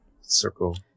Circle